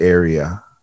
area